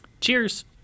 Cheers